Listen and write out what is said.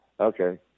Okay